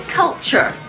culture